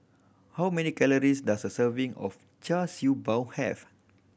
how many calories does a serving of Char Siew Bao have